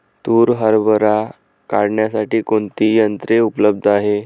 तूर हरभरा काढण्यासाठी कोणती यंत्रे उपलब्ध आहेत?